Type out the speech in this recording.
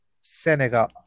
Senegal